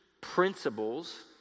principles